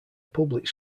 public